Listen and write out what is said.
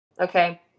Okay